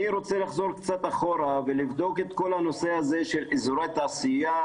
אני רוצה לחזור קצת אחורה ולבדוק את כל הנושא הזה של אזורי תעשייה,